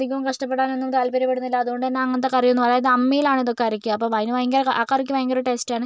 അധികം കഷ്ടപ്പെടാനൊന്നും താൽപര്യപ്പെടുന്നില്ല അതുകൊണ്ടുത്തന്നെ അങ്ങനത്തെ കറിയൊന്നും അതായത് അമ്മിയിലാണ് ഇതൊക്കെ അരയ്ക്കുക അപ്പം അതിന് ഭയങ്കര ആ കറിക്ക് ഭയങ്കര ടേസ്റ്റ് ആണ്